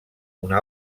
una